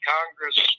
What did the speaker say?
Congress